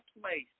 place